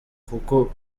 kuko